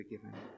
forgiven